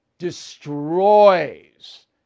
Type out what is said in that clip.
Destroys